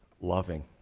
loving